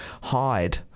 hide